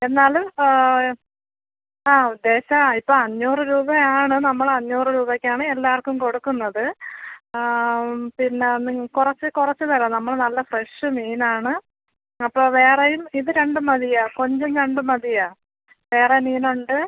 എന്നാൽ ആ ഉദ്ദേശം ആ ഇപ്പോൾ അഞ്ഞൂറ് രൂപ ആണ് നമ്മൾ അഞ്ഞൂറ് രൂപയ്ക്ക് ആണ് എല്ലാവർക്കും കൊടുക്കുന്നത് പിന്നെ കുറച്ച് കുറച്ച് തരാം നമ്മൾ നല്ല ഫ്രഷ് മീൻ ആണ് അപ്പോൾ വേറെയും ഇത് രണ്ടും മതിയോ കൊഞ്ചും ഞണ്ടും മതിയോ വേറെ മീൻ ഉണ്ട്